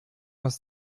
aus